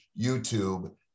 YouTube